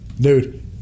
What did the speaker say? Dude